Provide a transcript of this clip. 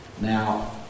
Now